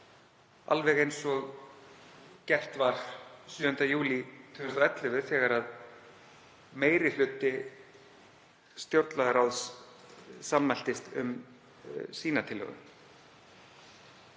alveg eins og gert var 7. júlí 2011 þegar meiri hluti stjórnlagaráðs sammæltist um sína tillögu.